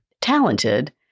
talented